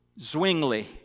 Zwingli